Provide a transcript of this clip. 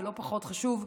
ולא פחות חשוב,